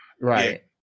Right